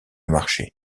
marché